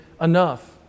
enough